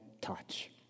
touch